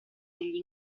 degli